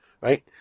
right